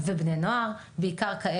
חלק מהדברים יאושרו בוועדות המקצועיות וחלק כנראה